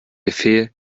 befehl